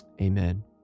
Amen